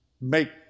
make